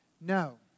No